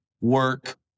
work